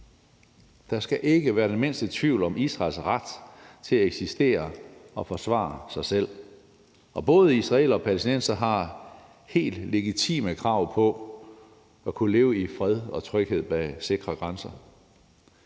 Der skal ikke være den mindste tvivl om Israels ret til at eksistere og forsvare sig selv, og både israelere og palæstinensere har helt legitime krav på at kunne leve i fred og tryghed bag sikre grænser.